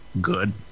Good